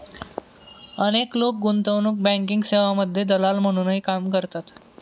अनेक लोक गुंतवणूक बँकिंग सेवांमध्ये दलाल म्हणूनही काम करतात